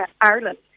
Ireland